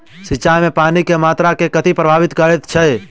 सिंचाई मे पानि केँ मात्रा केँ कथी प्रभावित करैत छै?